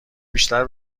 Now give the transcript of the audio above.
بیشتر